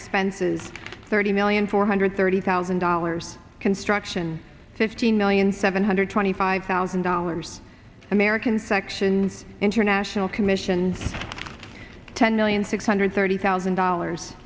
expenses thirty million four hundred thirty thousand dollars construction fifteen million seven hundred twenty five thousand dollars american section international commission ten million six hundred thirty thousand dollars